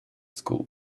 school